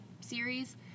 series